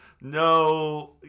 no